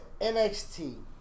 NXT